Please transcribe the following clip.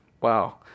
wow